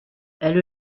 elle